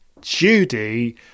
judy